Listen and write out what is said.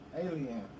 Alien